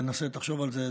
ותחשוב על זה,